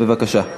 בבקשה.